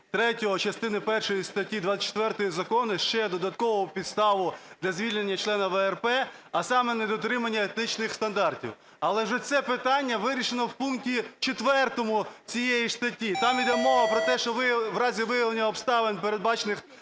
3 частини першої статті 24 закону ще додаткову підставу для звільнення члена ВРП, а саме недотримання етичних стандартів. Але ж і це питання вирішено в пункті 4 цієї ж статті. Там йде мова про те, що в разі виявлення обставин, передбачених